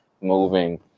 moving